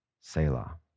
Selah